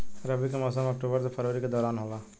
रबी के मौसम अक्टूबर से फरवरी के दौरान होला